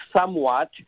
somewhat